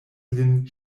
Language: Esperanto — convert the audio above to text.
lin